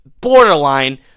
borderline